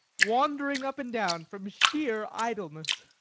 wandering up and down from sheer idleness.